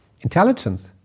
intelligence